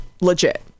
legit